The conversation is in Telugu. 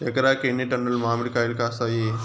ఎకరాకి ఎన్ని టన్నులు మామిడి కాయలు కాస్తాయి?